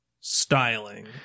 styling